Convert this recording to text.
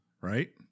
Right